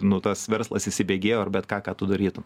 nu tas verslas įsibėgėjo ar bet ką ką tu darytum